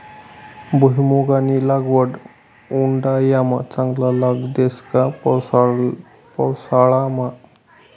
भुईमुंगनी लागवड उंडायामा चांगला लाग देस का पावसाळामा